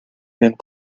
mêmes